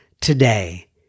today